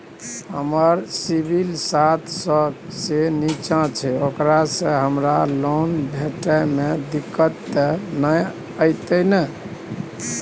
हमर सिबिल सात सौ से निचा छै ओकरा से हमरा लोन भेटय में दिक्कत त नय अयतै ने?